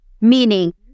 Meaning